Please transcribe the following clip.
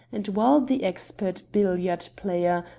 and while the expert billiard player,